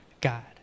God